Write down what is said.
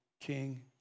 king